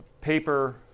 paper